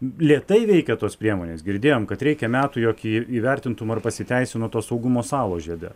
lėtai veikia tos priemonės girdėjom kad reikia metų jog ji įvertintų ar pasiteisino tos saugumo salos žiede